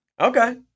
Okay